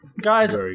Guys